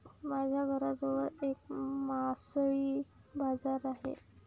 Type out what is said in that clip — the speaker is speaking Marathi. माझ्या घराजवळ एक मासळी बाजार आहे